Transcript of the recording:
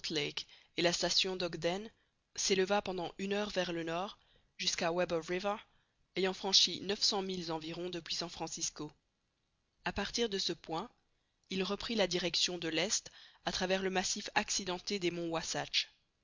et la station d'ogden s'éleva pendant une heure vers le nord jusqu'à weber river ayant franchi neuf cents milles environ depuis san francisco a partir de ce point il reprit la direction de l'est à travers le massif accidenté des monts